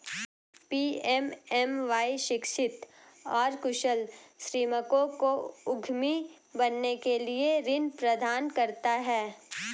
PMMY शिक्षित और कुशल श्रमिकों को उद्यमी बनने के लिए ऋण प्रदान करता है